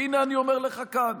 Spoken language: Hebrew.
והינה, אני אומר לך כאן,